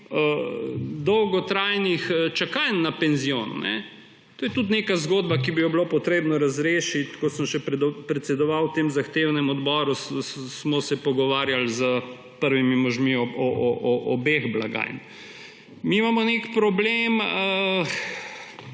dolgotrajnih čakanj na penzion. To je tudi neka zgodba, ki bi jo bilo treba razrešiti. Ko sem še predsedoval temu zahtevnemu odboru, smo se pogovarjali s prvimi možmi obeh blagajn. Mi imamo nek problem